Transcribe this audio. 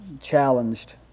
challenged